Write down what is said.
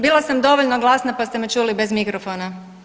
Bila sam dovoljno glasna pa ste me čuli bez mikrofona.